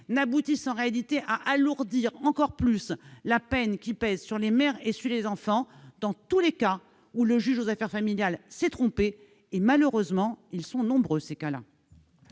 n'aboutisse en réalité à alourdir encore davantage la peine qui pèse sur les mères et les enfants dans tous ces cas où le juge aux affaires familiales s'est trompé. Et malheureusement ces cas-là sont nombreux ! La